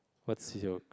what's your